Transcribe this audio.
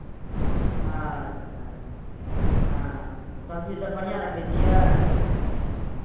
अच्छा हँ तऽ सबजीसभ बढ़िआँ रखै छियै